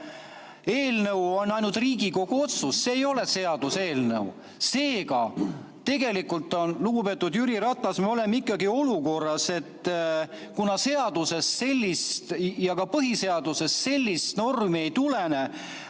eelnõu on ainult Riigikogu otsus, see ei ole seaduseelnõu. Seega tegelikult, lugupeetud Jüri Ratas, me oleme ikkagi olukorras, et kuna seadusest ega ka põhiseadusest sellist normi nõutava